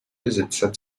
besitzer